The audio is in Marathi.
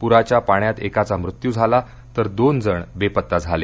पुराच्या पाण्यात एकाचा मृत्यू झाला तर दोन जण बेपत्ता झाले